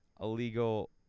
illegal